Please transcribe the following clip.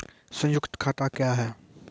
संयुक्त खाता क्या हैं?